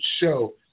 show